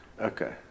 Okay